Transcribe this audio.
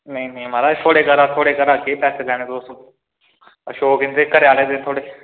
नेईं नेईं माराज थुआढ़े घरा थुआढ़े घरा केह् पैसे लैने तुस अशोक इं'दे घरैआह्ले दे थुआढ़े